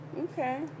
Okay